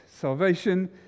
Salvation